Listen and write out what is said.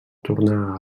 tornar